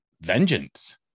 vengeance